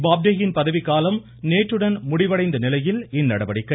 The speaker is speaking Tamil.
பாப்டேயின் பதவிக்காலம் நேற்றுடன் முடிவடைந்த நிலையில் இந்நடவடிக்கை